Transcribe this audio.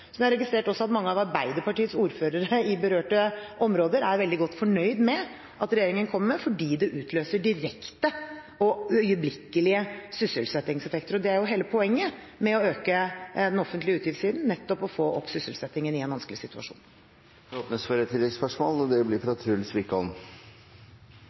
Jeg har registrert at også mange av Arbeiderpartiets ordførere i berørte områder er veldig godt fornøyd med det regjeringen kommer med, fordi det utløser direkte og øyeblikkelige sysselsettingseffekter. Og hele poenget med å øke den offentlige utgiftssiden er jo nettopp å få opp sysselsettingen i en vanskelig situasjon. Det åpnes for ett oppfølgingsspørsmål – fra Truls Wickholm. Nå hører vi det